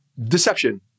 deception